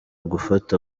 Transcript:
gufata